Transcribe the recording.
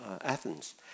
Athens